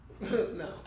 no